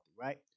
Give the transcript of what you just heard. right